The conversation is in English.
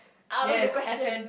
out of the question